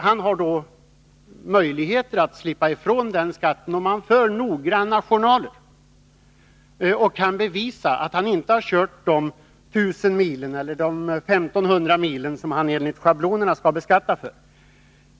Han har då möjligheter att slippa ifrån den skatten, om han för noggranna journaler och kan bevisa att han inte kört de 1 000 eller 1 500 mil som han enligt schablonen skall skatta för.